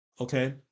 Okay